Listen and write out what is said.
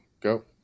go